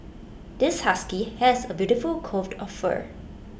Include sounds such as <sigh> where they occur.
this husky has A beautiful <unintelligible> of fur